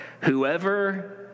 whoever